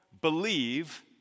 believe